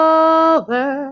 over